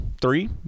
three